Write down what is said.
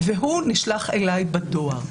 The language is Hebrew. והוא נשלח אליי בדואר.